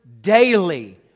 daily